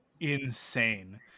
insane